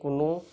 কোনো